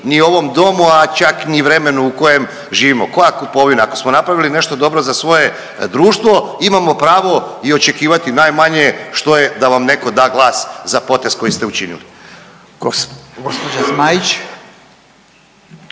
ni ovom Domu, a čak ni vremenu u kojem živimo. Koja kupovina? Ako smo napravili nešto dobro za svoje društvo imamo pravo i očekivati najmanje što je da vam netko da glas za potres koji ste učinili.